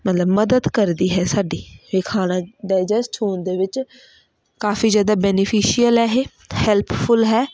ਮਤਲਬ ਮਦਦ ਕਰਦੀ ਹੈ ਸਾਡੀ ਵੀ ਖਾਣਾ ਡਾਏਜਸਟ ਹੋਣ ਦੇ ਵਿੱਚ ਕਾਫੀ ਜ਼ਿਆਦਾ ਬੈਨੀਫਿਸ਼ੀਅਲ ਹੈ ਇਹ ਹੈਲਪਫੁਲ ਹੈ